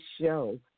show